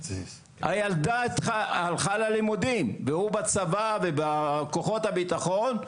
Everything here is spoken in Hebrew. הילדה הלכה ללימודים והוא בצבא ובכוחות הביטחון,